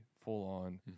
full-on